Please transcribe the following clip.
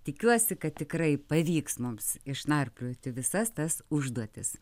tikiuosi kad tikrai pavyks mums išnarplioti visas tas užduotis